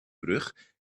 brug